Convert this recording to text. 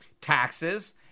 taxes